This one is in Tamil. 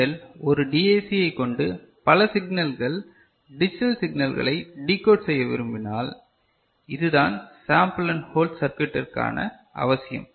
நீங்கள் ஒரு டிஏசியை கொண்டு பல சிக்னல்கள் டிஜிட்டல் சிக்னல்களை டீகோட் செய்ய விரும்பினால் இதுதான் சாம்பல் அண்ட் ஹோல்ட் சர்க்யூட்டிற்கான அவசியம்